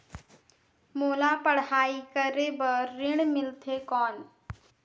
मोला पढ़ाई करे बर ऋण मिलथे कौन?